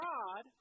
God